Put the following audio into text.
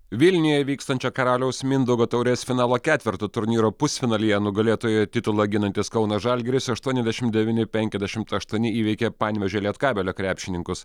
vilniuje vykstančio karaliaus mindaugo taurės finalo ketverto turnyro pusfinalyje nugalėtojo titulą ginantis kauno žalgiris aštuoniasdešimt devini penkiasdešimt aštuoni įveikė panevėžio lietkabelio krepšininkus